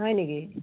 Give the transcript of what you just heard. হয় নেকি